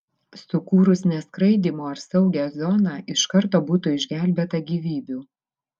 sukūrus neskraidymo ar saugią zoną iš karto būtų išgelbėta gyvybių